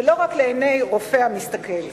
ולא רק לעיני הרופא המסתכל.